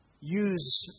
use